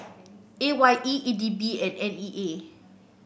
A Y E E D B and N E A